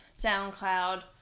SoundCloud